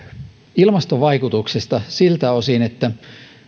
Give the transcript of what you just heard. ilmastovaikutuksesta siltä osin että